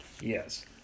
Yes